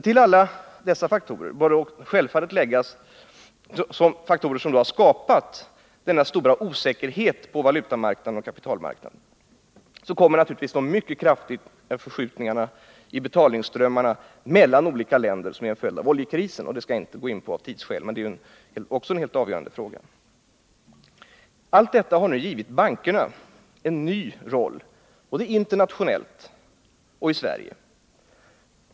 Till alla dessa faktorer, som har skapat denna stora osäkerhet på valutaoch kapitalmarknaden, kommer naturligtvis de kraftiga förskjutningarna i betalningsströmningarna mellan olika länder som en följd av oljekrisen — men det skall jag av tidsskäl inte gå in på. Allt detta har nu givit bankerna en ny roll, både internationellt och i Sverige.